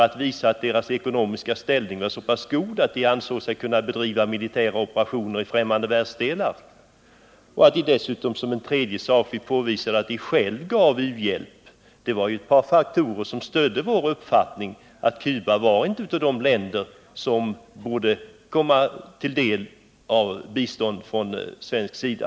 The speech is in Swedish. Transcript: Att sedan deras ekonomiska ställning var så pass god att de ansåg sig kunna bedriva militära operationer i främmande världsdelar och att de dessutom själva gav u-hjälp var faktorer som ytterligare stödde vår uppfattning att Cuba inte var ett av de länder som borde få del av bistånd från svensk sida.